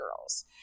girls